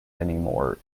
anymore